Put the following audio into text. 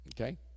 Okay